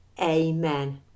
Amen